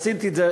עשיתי את זה,